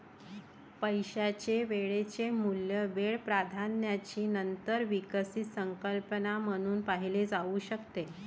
पैशाचे वेळेचे मूल्य वेळ प्राधान्याची नंतर विकसित संकल्पना म्हणून पाहिले जाऊ शकते